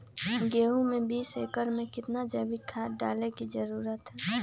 गेंहू में बीस एकर में कितना जैविक खाद डाले के जरूरत है?